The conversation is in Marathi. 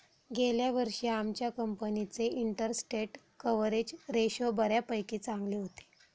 गेल्या वर्षी आमच्या कंपनीचे इंटरस्टेट कव्हरेज रेशो बऱ्यापैकी चांगले होते